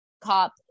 cop